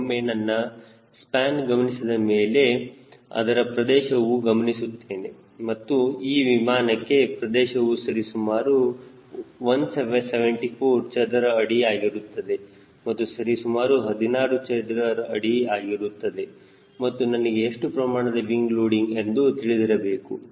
ಒಮ್ಮೆ ನಾನು ಸ್ಪ್ಯಾನ್ ಗಮನಿಸಿದ ಮೇಲೆ ಅದರ ಪ್ರದೇಶವನ್ನು ಗಮನಿಸುತ್ತೇನೆ ಮತ್ತು ಈ ವಿಮಾನಕ್ಕೆ ಪ್ರದೇಶವು ಸರಿಸುಮಾರು 174 ಚದರ ಅಡಿ ಆಗಿರುತ್ತದೆ ಅದು ಸರಿಸುಮಾರು 16 ಚದರ್ ಮೀಟರ್ ಆಗುತ್ತದೆ ಮತ್ತು ನನಗೆ ಎಷ್ಟು ಪ್ರಮಾಣದ ವಿಂಗ್ ಲೋಡಿಂಗ್ ಎಂದು ತಿಳಿದಿರಬೇಕು